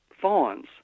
fawns